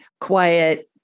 quiet